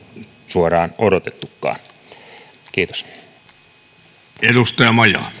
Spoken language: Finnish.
suoraan odotettukaan kiitos